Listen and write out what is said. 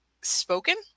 spoken